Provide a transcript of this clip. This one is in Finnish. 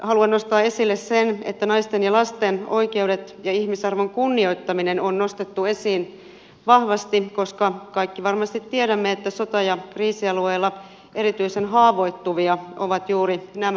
haluan nostaa esille sen että naisten ja lasten oikeudet ja ihmisarvon kunnioittaminen on nostettu esiin vahvasti koska kaikki varmasti tiedämme että sota ja kriisialueella erityisen haavoittuvia ovat juuri nämä ryhmät